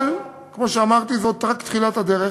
אבל כמו שאמרתי, זאת רק תחילת הדרך.